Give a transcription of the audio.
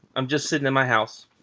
i'm just sitting in my house.